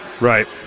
Right